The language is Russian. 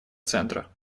центра